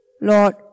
Lord